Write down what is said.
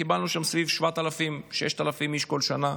קיבלנו שם סביב 7,000-6,000 איש בכל שנה,